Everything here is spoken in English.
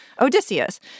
Odysseus